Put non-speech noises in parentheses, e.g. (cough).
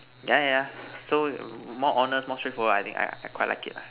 (noise) yeah yeah yeah so more honest more straightforward I think I quite like it lah